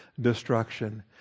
destruction